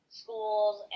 schools